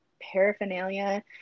paraphernalia